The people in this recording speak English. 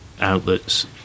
outlets